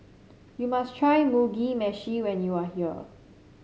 you must try Mugi Meshi when you are here